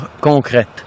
concrètes